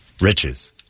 riches